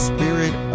Spirit